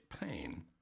pain